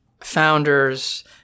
founders